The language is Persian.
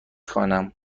خوانم